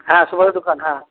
হ্যাঁ সুবলের দোকান হ্যাঁ